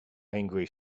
angry